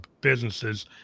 businesses